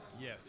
Yes